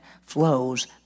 flows